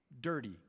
dirty